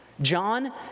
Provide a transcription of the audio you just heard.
John